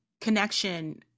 connection